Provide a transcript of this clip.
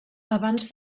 abans